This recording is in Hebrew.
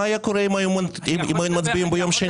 היה קורה אם היינו מצביעים ביום שני?